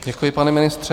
Děkuji, pane ministře.